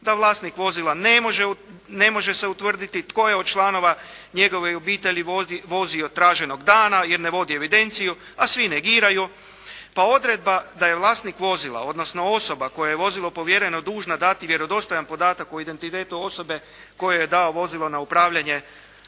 da vlasnik vozila ne može se utvrditi tko je od članova njegove obitelji vozio traženog dana, jer ne vodi evidenciju, a svi negiraju. Pa odredba da je vlasnik vozila, odnosno osoba kojoj je vozilo povjereno dužna dati vjerodostojan podatak o identitetu osobe koja mu je dao vozilo na upravljanje,